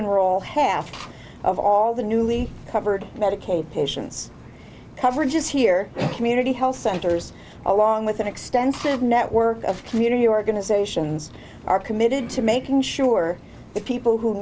enroll half of all the newly covered medicaid patients coverages here community health centers along with an extensive network of community organizations are committed to making sure the people who